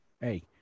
Hey